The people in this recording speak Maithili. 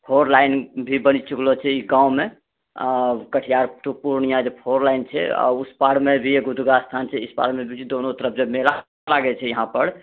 फोर लाइन भी बन चुकलो छै ई गाँवमे कटिहार टू पूर्णिया जे फोर लाइन छै उसपारमे भी एगो दुर्गास्थान छै इसपारमे भी एगो दुर्गास्थान छै दोनो तरफ जब मेला लागै छै यहाँपर